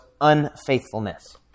unfaithfulness